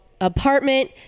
Apartment